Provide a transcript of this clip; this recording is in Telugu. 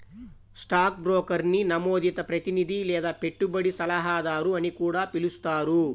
స్టాక్ బ్రోకర్ని నమోదిత ప్రతినిధి లేదా పెట్టుబడి సలహాదారు అని కూడా పిలుస్తారు